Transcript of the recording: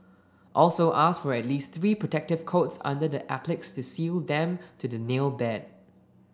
also ask for at least three protective coats under the appliques to seal them to the nail bed